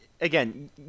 again